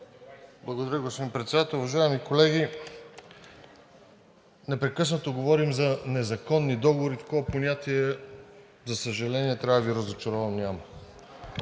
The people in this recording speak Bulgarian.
Благодаря, господин Председател. Уважаеми колеги, непрекъснато говорим за незаконни договори. Такова понятие, за съжаление, трябва да Ви разочаровам – няма.